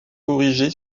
corrigé